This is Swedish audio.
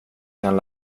kan